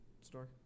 store